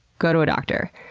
go to a doctor.